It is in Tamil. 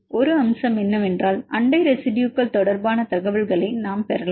ஒரு அம்சம் என்னவென்றால் அண்டை ரெசிடுயுகள் தொடர்பான தகவல்களை நாம் பெறலாம்